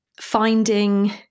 finding